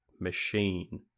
machine